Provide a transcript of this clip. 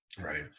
right